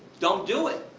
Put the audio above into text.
don't do it.